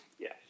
yes